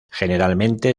generalmente